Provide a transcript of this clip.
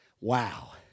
Wow